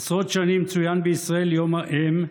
עשרות שנים צוין בישראל יום האם,